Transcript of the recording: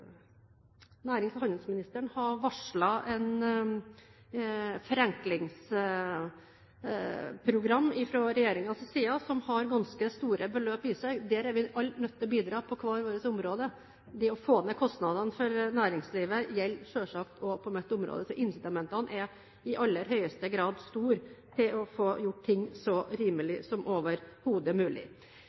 Nærings- og handelsministeren har varslet et forenklingsprogram fra regjeringens side som har ganske store beløp i seg. Der er vi alle nødt til å bidra på hvert vårt område – å få ned kostnadene for næringslivet gjelder selvsagt også på mitt område. Så incitamentene er i aller høyeste grad store med hensyn til å få gjort ting så rimelige som overhodet mulig.